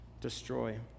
destroy